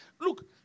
Look